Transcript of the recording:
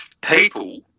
People